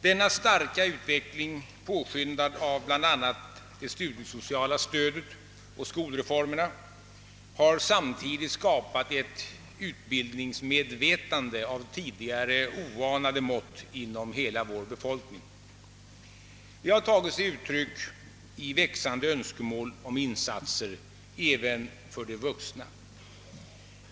Denna starka utveckling, påskyndad av bl.a. det studiesociala stödet och skolreformerna, har samtidigt skapat ett utbildningsmedvetande av tidigare oanade mått inom hela vår befolkning. Det har tagit sig uttryck i växande önskemål om insatser även för de vuxna.